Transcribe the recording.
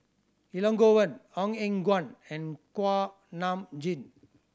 Elangovan Ong Eng Guan and Kuak Nam Jin